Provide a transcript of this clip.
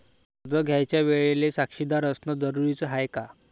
कर्ज घ्यायच्या वेळेले साक्षीदार असनं जरुरीच हाय का?